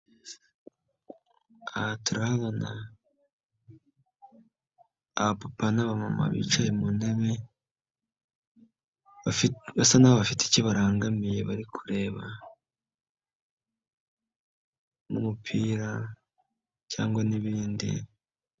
Aha turabona abapapa na abamama bicaye mu ntebe, bafite icyo barangamiye bari kureba n'umupira cyangwa n'ibindi.